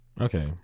Okay